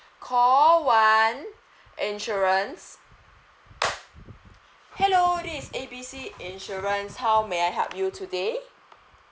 call one insurance hello this is A B C insurance how may I help you today